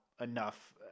enough